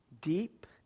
deep